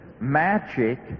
magic